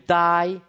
die